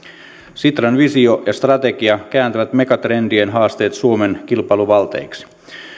sitran visio ja strategia kääntävät megatrendien haasteet suomen kilpailuvalteiksi